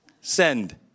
send